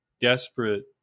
desperate